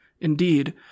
indeed